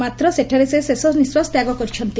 ମାତ୍ର ସେଠାରେ ସେ ଶେଷ ନିଶ୍ୱାସ ତ୍ୟାଗ କରିଛନ୍ତି